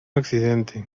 accidente